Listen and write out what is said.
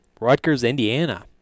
Rutgers-Indiana